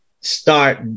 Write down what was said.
start